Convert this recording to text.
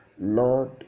Lord